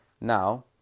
Now